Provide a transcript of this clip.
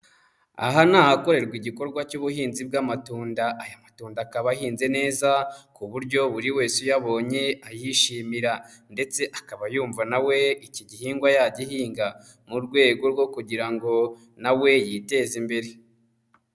Aha ni ahakorerwa igikorwa cy'ubuhinzi bw'amatunda; aya matunda akaba ahinze neza ku buryo buri wese iyo abonye ayishimira, ndetse akaba yumva nawe iki gihingwa yagihinga mu rwego rwo kugira ngo nawe yiteze imbere.